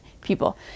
people